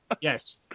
yes